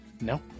No